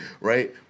Right